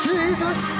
Jesus